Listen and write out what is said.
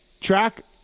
Track